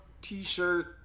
t-shirt